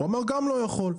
הוא אמר שהוא גם לא יכול,